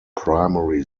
primary